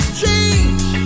change